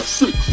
six